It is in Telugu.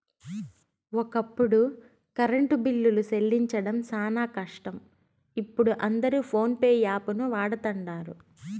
ఒకప్పుడు కరెంటు బిల్లులు సెల్లించడం శానా కష్టం, ఇపుడు అందరు పోన్పే యాపును వాడతండారు